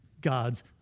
God's